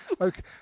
Okay